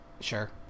Sure